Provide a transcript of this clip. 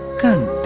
go